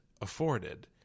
afforded